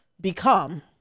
become